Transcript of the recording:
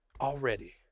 already